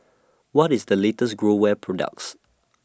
What IS The latest Growell products